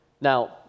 Now